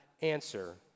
answer